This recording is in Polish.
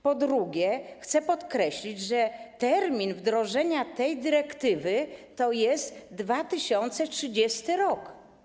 Po drugie, chcę podkreślić, że termin wdrożenia tej dyrektywy to jest 2030 r.